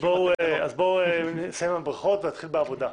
בואו נסיים עם הברכות ונתחיל בעבודה,